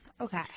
Okay